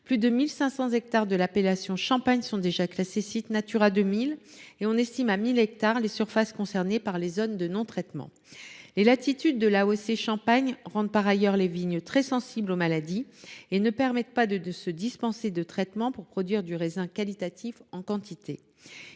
Plus de 1 500 hectares de l’appellation Champagne sont déjà classés site Natura 2000, et on estime à 1 000 hectares les surfaces concernées par les zones de non traitement ! Les latitudes de l’AOC Champagne rendent par ailleurs les vignes très sensibles aux maladies et ne permettent pas de se dispenser de traitements pour produire du raisin qualitatif en quantité.